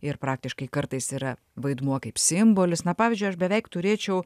ir praktiškai kartais yra vaidmuo kaip simbolis na pavyzdžiui aš beveik turėčiau